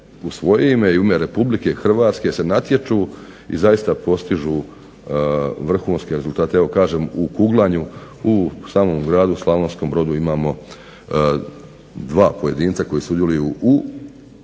u svoje ime i u ime Republike Hrvatske se natječu i zaista postižu vrhunske rezultate. Evo kažem u kuglanju u samom gradu Slavonskom Brodu imamo dva pojedinca koji su …/Ne razumije